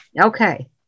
okay